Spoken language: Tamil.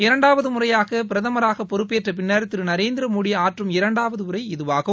இரண்டாவது முறையாக பிரதமராக பொறுப்பேற்ற பின்னர் திரு நரேந்திர மோடி ஆற்றும் இரண்டாவது உளர இதுவாகும்